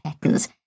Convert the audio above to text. patterns